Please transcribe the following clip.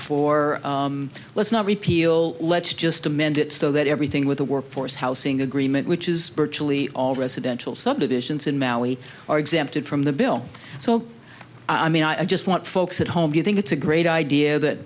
r let's not repeal let's just amend it so that everything with the workforce housing agreement which is virtually all residential subdivisions in maui are exempted from the bill so i mean i just want folks at home you think it's a great idea that